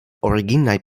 originaj